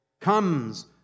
comes